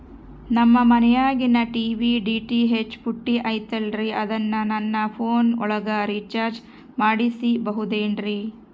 ನಮ್ಮ ಮನಿಯಾಗಿನ TV DTH ಪುಟ್ಟಿ ಐತಲ್ರೇ ಅದನ್ನ ನನ್ನ ಪೋನ್ ಒಳಗ ರೇಚಾರ್ಜ ಮಾಡಸಿಬಹುದೇನ್ರಿ?